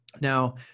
Now